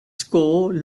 score